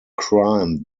crime